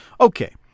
Okay